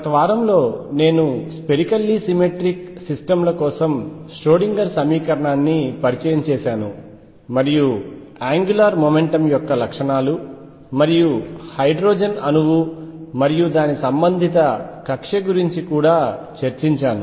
గత వారంలో నేను స్పెరికల్లీ సిమెట్రిక్ సిస్టమ్ల కోసం ష్రోడింగర్ సమీకరణాన్ని పరిచయం చేశాను మరియు యాంగ్యులాయర్ మొమెంటమ్ యొక్క లక్షణాలు మరియు హైడ్రోజన్ అణువు మరియు దాని సంబంధిత కక్ష్య గురించి కూడా చర్చించాను